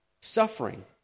suffering